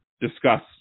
discuss